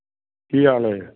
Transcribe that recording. ਕੀ ਹਾਲ ਹੈ